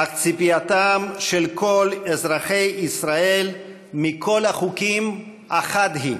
אך ציפייתם של כל אזרחי ישראל מכל החוקים אחת היא: